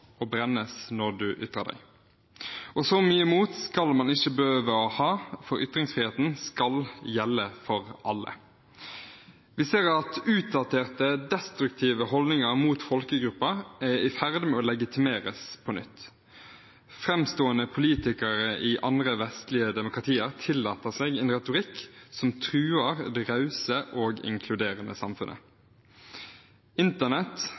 og brennes, når du ytrer deg. Så mye mot skal man ikke behøve å ha, for ytringsfriheten skal gjelde for alle. Vi ser at utdaterte, destruktive holdninger mot folkegrupper er i ferd med å legitimeres på nytt. Fremstående politikere i andre vestlige demokratier tillater seg en retorikk som truer det rause og inkluderende samfunnet. Internett